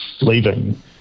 leaving